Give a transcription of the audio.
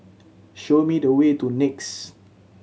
show me the way to NEX